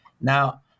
Now